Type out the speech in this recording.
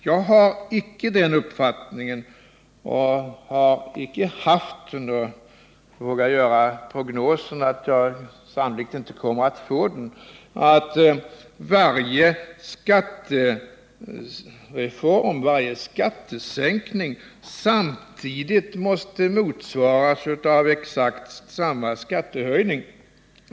Jag har icke den uppfattningen, har icke haft den och vågar göra prognosen att jag sannolikt icke kommer att få den, att varje skattesänkning samtidigt måste motsvaras av exakt samma skattehöjning.